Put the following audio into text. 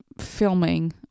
filming